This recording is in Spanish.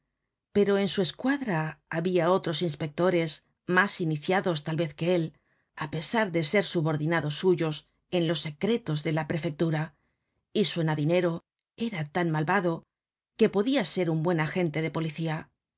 pero en su escuadra habia otros inspectores mas iniciados tal vez que él á pesar de ser subordinados suyos en los secretos de la prefectura y suena dinero era tan malvado que podia ser un buen agente de policía